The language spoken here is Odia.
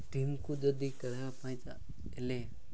ଟିମ୍କୁ ଯଦି ଖେଳିବା ପାଇଁ ହେଲେ